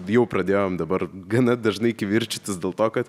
jau pradėjom dabar gana dažnai kivirčytis dėl to kad